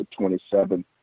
27